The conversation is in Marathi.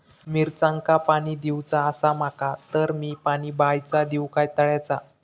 मिरचांका पाणी दिवचा आसा माका तर मी पाणी बायचा दिव काय तळ्याचा?